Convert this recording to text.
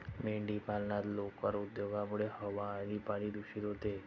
मेंढीपालनात लोकर उद्योगामुळे हवा आणि पाणी दूषित होते